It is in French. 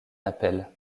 appel